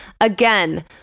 Again